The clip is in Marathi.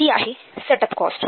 हि आहे सेटअप कॉस्ट